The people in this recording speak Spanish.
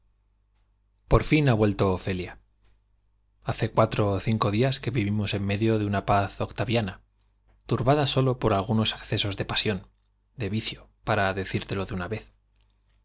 por fin ha vuelto ofelia hace cuatro ó cinco días que vivimos en medio de una paz octaviana turbada sólo por algunos accesos de pasión de vicio para decírtelo de una vez